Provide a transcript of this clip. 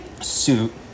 suit